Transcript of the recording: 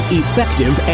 effective